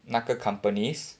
那个 companies